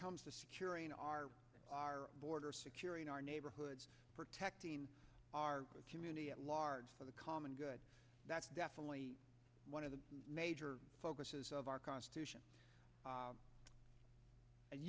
comes to securing our borders securing our neighborhoods protecting our community at large for the common good that's definitely one of the major focuses of our constitution